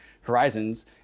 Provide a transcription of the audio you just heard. horizons